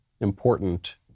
important